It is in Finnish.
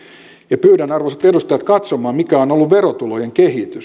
pyydän arvoisat edustajat katsomaan mikä on ollut verotulojen kehitys